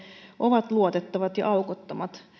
ovat luotettavat ja aukottomat